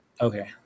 Okay